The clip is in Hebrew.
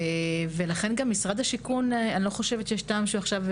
ולכן גם אני לא חושבת שיש טעם שמשרד